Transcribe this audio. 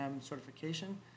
certification